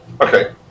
Okay